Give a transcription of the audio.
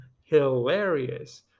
hilarious